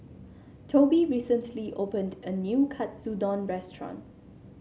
Tobi recently opened a new Katsudon restaurant